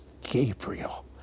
Gabriel